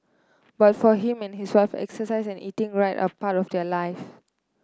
but for him and his wife exercise and eating right are part of their life